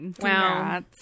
wow